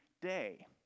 day